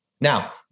Now